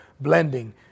blending